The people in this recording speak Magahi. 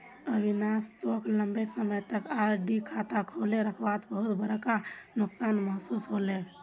अविनाश सोक लंबे समय तक आर.डी खाता खोले रखवात बहुत बड़का नुकसान महसूस होल